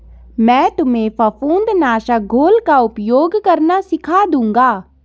मैं तुम्हें फफूंद नाशक घोल का उपयोग करना सिखा दूंगा